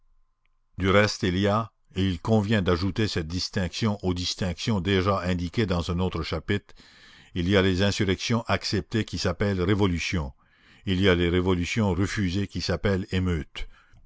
du reste il y a et il convient d'ajouter cette distinction aux distinctions déjà indiquées dans un autre chapitre il y a les insurrections acceptées qui s'appellent révolutions il y a les révolutions refusées qui s'appellent émeutes